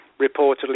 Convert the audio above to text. reportedly